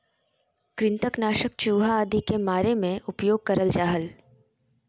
कृंतक नाशक चूहा आदि के मारे मे उपयोग करल जा हल